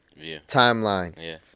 timeline